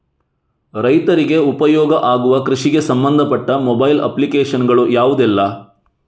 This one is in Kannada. ರೈತರಿಗೆ ಉಪಯೋಗ ಆಗುವ ಕೃಷಿಗೆ ಸಂಬಂಧಪಟ್ಟ ಮೊಬೈಲ್ ಅಪ್ಲಿಕೇಶನ್ ಗಳು ಯಾವುದೆಲ್ಲ?